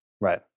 Right